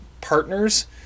partners